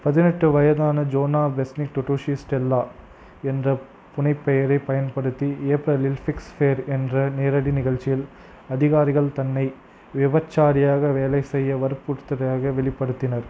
பதினெட்டு வயதான Jona Besnik Dudushi Stella என்ற புனைப்பெயரைப் பயன்படுத்தி ஏப்ரலில் ஃபிக்ஸ் ஃபேர் என்ற நேரடி நிகழ்ச்சியில் அதிகாரிகள் தன்னை விபச்சாரியாக வேலை செய்ய வற்புறுத்தியதாக வெளிப்படுத்தினர்